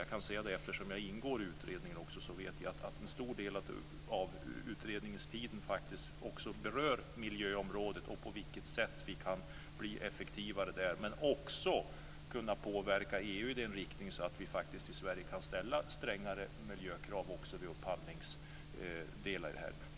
Jag kan säga det, för jag vet - jag ingår nämligen i utredningen - att en stor del av utredningstiden också används till att beröra miljöområdet och på vilket sätt vi kan bli effektivare där. Det gäller också möjligheterna att påverka EU i en sådan riktning att vi i Sverige faktiskt kan ställa strängare miljökrav också i upphandlingsdelen här.